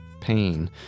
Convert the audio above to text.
pain